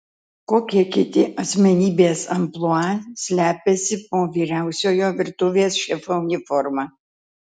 kokie kiti asmenybės amplua slepiasi po vyriausiojo virtuvės šefo uniforma